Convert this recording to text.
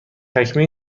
چکمه